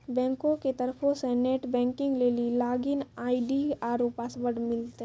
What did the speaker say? बैंको के तरफो से नेट बैंकिग लेली लागिन आई.डी आरु पासवर्ड मिलतै